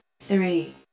three